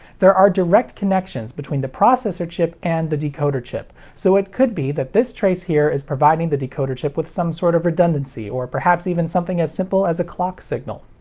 there are direct connections between the processor chip and the decoder chip, so it could be that this trace here is providing the decoder with some sort of redundancy or perhaps even something as simple as a clock signal.